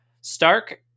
Stark